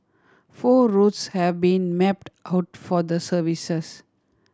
four routes have been mapped coat for the services